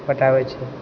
पटाबै छै